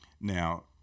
Now